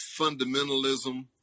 fundamentalism